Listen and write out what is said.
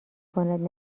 کند